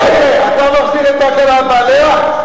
אריה, אתה מחזיר את בקעה לבעליה?